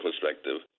perspective